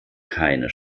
keine